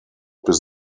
bis